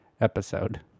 episode